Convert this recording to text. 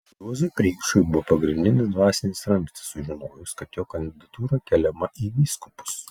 juozui preikšui buvo pagrindinis dvasinis ramstis sužinojus kad jo kandidatūra keliama į vyskupus